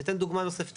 אני אתן דוגמה נוספת.